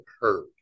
heard